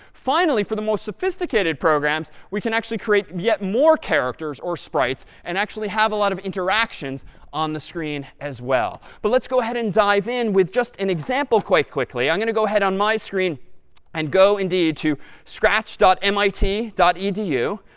finally, for the most sophisticated programs, we can actually create yet more characters or sprites and actually have a lot of interactions on the screen as well. but let's go ahead and dive in with just an example quite quickly. i'm going to go ahead on my screen and go, indeed, to scratch mit edu.